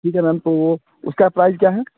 ठीक है मैम तो वो उसका प्राइज क्या है